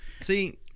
see